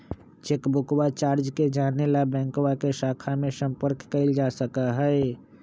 चेकबुकवा चार्ज के जाने ला बैंकवा के शाखा में संपर्क कइल जा सका हई